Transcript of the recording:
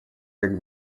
как